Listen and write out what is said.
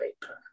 paper